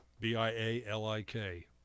B-I-A-L-I-K